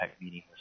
meeting